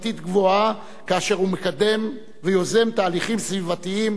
כאשר הוא מקדם ויוזם תהליכים סביבתיים רבי-השפעה.